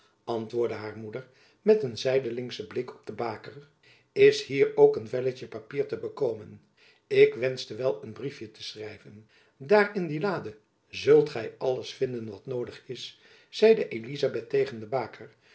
antwoordde haar moeder met een zijdelingschen blik op de baker is hier ook een velletjen papier te bekomen ik wenschte wel een briefjen te schrijven daar in die lade zult gy alles vinden wat noojacob van lennep elizabeth musch dig is zeide elizabeth tegen de baker